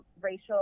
racial